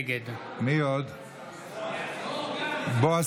נגד בועז